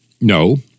No